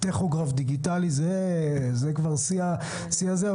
טכוגרף דיגיטלי זה כבר שיא הזה,